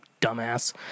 dumbass